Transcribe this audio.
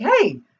hey